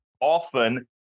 often